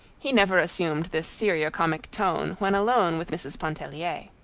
he never assumed this seriocomic tone when alone with mrs. pontellier.